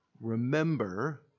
Remember